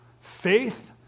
faith